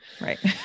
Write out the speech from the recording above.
Right